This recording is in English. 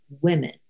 women